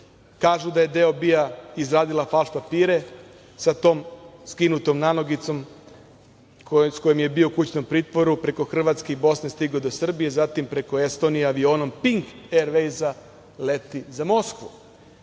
Kažu da je deo BIA izradila falš papire sa tom skinutom nanogicom s kojom je bio u kućnom pritvoru, preko Hrvatske i Bosne stigao do Srbije, zatim preko Estonije avionom „Pink Ervejza“, leti za Moskvu. Kaže